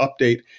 update